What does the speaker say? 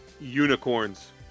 Unicorns